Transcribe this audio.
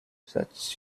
such